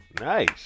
Nice